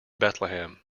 bethlehem